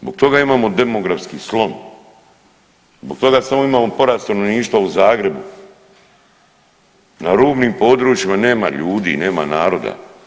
Zbog toga imamo demografski slom, zbog toga samo imamo porast stanovništva u Zagrebu, na rubnim područjima nema ljudi, nema naroda.